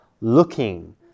looking